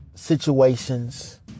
Situations